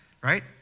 right